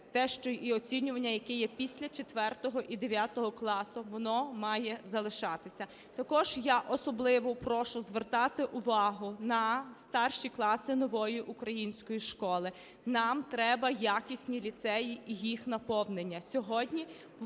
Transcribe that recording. забрати і оцінювання, які є після 4-го і 9-го класу, воно має залишатися. Також я особливо прошу звертати увагу на старші класи Нової української школи, нам треба якісні ліцеї і їх наповнення.